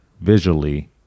visually